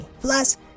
Plus